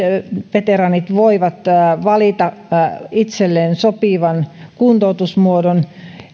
veteraanit voivat valita itselleen sopivan kuntoutusmuodon